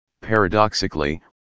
paradoxically